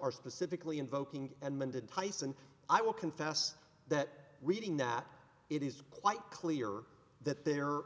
are specifically invoking and mended tyson i will confess that reading that it is quite clear that they are